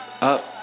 Up